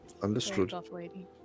Understood